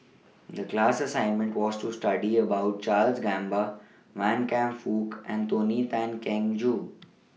The class assignment was to study about Charles Gamba Wan Kam Fook and Tony Tan Keng Joo